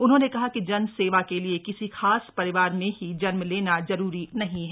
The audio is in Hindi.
उन्होंने कहा कि जन सेवा के लिए किसी खास परिवार में ही जन्म लेना जरूरी नहीं हैं